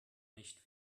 nicht